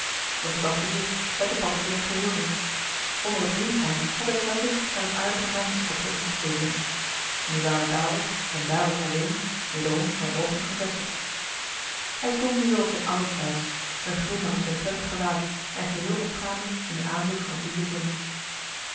doch op dat gezicht lette paddeltje in t geheel niet onder t heengaan had hij telkens naar t aardige meisjeskopje omgekeken nu waren daar op en daar op alleen wederom zijn oogen gevestigd hij stond nu weer op zijn oude plaats een glimlach op zijn prettig gelaat en geheel opgaande in den aanblik van het lieve kind